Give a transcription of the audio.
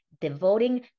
devoting